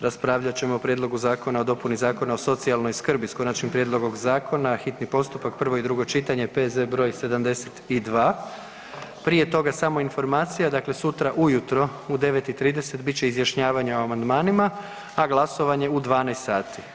Raspravljat ćemo Prijedlogu zakona o dopuni Zakona o socijalnoj skrbi, s Konačnim prijedlogom Zakona, hitni postupak, prvo i drugo čitanje, P.Z. br. 72 Prije toga samo informacija, dakle sutra ujutro u 9,30 bit će izjašnjavanje o amandmanima, a glasovanje u 12,00 sati.